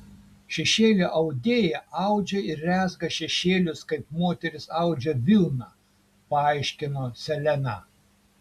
šešėlių audėja audžia ir rezga šešėlius kaip moterys audžia vilną paaiškino seleną